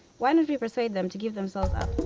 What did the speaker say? why don't we persuade them to give themselves up?